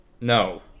No